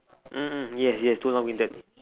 mm mm yes yes too long winded